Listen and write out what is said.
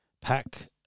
pack